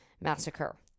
massacre